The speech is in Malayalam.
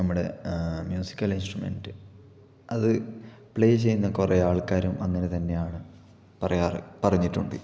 നമ്മുടെ മ്യൂസിക്കല് ഇന്സ്ട്രമെന്റ് അതു പ്ലേ ചെയ്യുന്ന കുറെ ആള്ക്കാരും അങ്ങനെ തന്നെയാണ് പറയാറ് പറഞ്ഞിട്ടൊണ്ട്